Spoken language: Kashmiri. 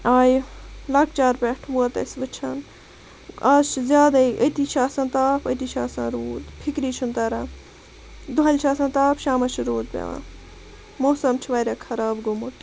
آیہِ لَکچار پٮ۪ٹھ ووت اَسہِ وٕچھان آز چھِ زیادے أتِی چھُ آسان تاپھ أتِی چھُ آسان روٗد فکرے چھُنہٕ تَران دۄہَلہِ چھُ آسان تاپھ شامَس چھُ روٗد پیٚوان موسَم چھُ واریاہ خَراب گوٚمُت